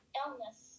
illness